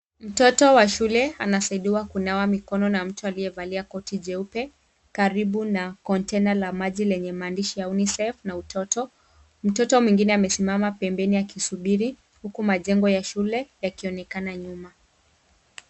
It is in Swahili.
Mtoto wa shule anasaidiwa kunawa mikono na mtu aliyevalia koti jeupe karibu na kontena la maji lenye maandishi ya UNICEF na utoto. Mtoto mwingine amesimama pembeni akisubiri huku majengo ya shule yakionekana nyuma.